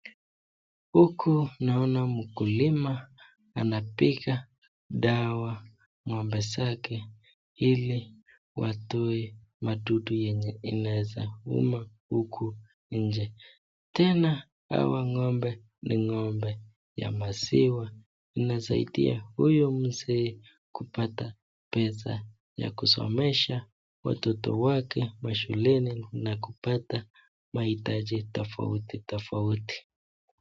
Huku naona mkulima anapiga dawa ng'ombe zake Ili watoe madudu enye inaweza uma huku nje. Tena Hawa ng'ombe ni ng'ombe ya maziwa. Inasaidia huyo mzee kupata pesa ya kusomesha watoto wake mashuleni na kupata maitaji tofauti tofauti.